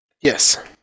Yes